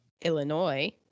Illinois